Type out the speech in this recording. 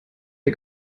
der